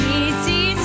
easy